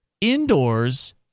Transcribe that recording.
indoors